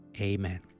Amen